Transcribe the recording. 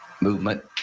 movement